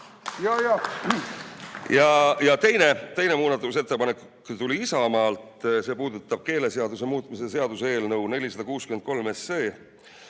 Teine muudatusettepanek tuli Isamaalt. See puudutab keeleseaduse muutmise seaduse eelnõu 463 ehk